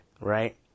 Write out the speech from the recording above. right